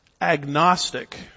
Agnostic